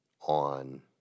on